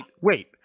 Wait